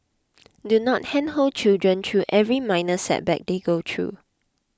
do not handhold children through every minor setback they go through